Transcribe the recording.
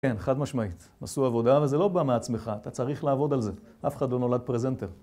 כן, חד משמעית. עשו עבודה וזה לא בא מעצמך, אתה צריך לעבוד על זה. אף אחד לא נולד פרזנטר.